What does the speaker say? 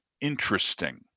interesting